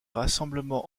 rassemblement